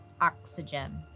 Oxygen